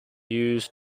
used